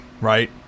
right